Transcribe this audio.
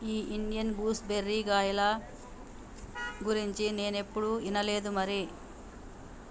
ఈ Indian gooseberry కాయల గురించి నేనేప్పుడు ఇనలేదు మరి